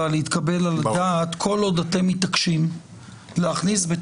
אתה מסכים איתי לזיהוי הבעיה,